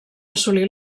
assolir